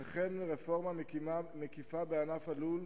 וכן רפורמה מקיפה בענף הלול,